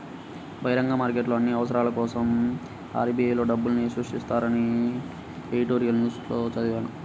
బహిరంగ మార్కెట్లో అన్ని అవసరాల కోసరం ఆర్.బి.ఐ లో డబ్బుల్ని సృష్టిస్తారని ఎడిటోరియల్ న్యూస్ లో చదివాను